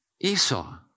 Esau